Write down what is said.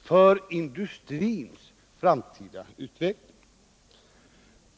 för industrins framtida utveckling.